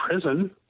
prison